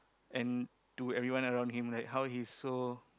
and to everyone around him like how he's so